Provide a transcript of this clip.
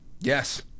Yes